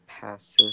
Passive